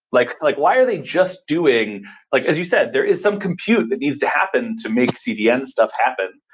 like like why are they just doing like as you said, there is some compute that needs to happen to make cdn stuff happen.